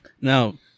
Now